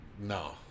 no